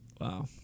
Wow